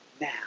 now